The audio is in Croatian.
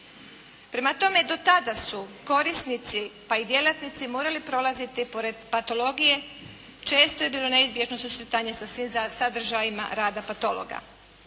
Prema tome, do tada su korisnici, pa i djelatnici morali prolaziti pored patologije, često je bilo neizbježno susretanje sa svim sadržajima rada patologa.